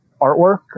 artwork